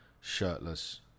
shirtless